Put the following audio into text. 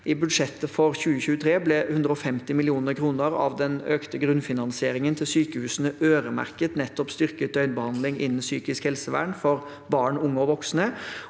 I budsjettet for 2023 ble 150 mill. kr av den økte grunnfinansieringen til sykehusene øremerket nettopp styrket døgnbehandling innen psykisk helsevern for barn, unge og voksne.